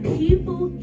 people